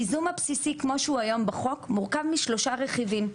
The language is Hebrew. הייזום הבסיסי כמו שהוא היום בחוק מורכב משלושה רכיבים.